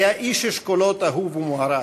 היה איש אשכולות אהוב ומוערך.